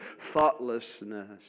thoughtlessness